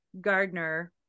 Gardner